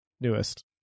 newest